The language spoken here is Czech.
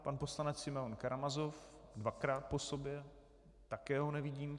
Pan poslanec Simeon Karamazov dvakrát po sobě také ho nevidím.